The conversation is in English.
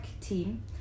team